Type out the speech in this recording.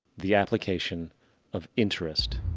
the application of interest.